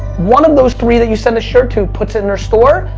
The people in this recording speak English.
one of those three that you send a shirt to puts it in their store,